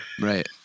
right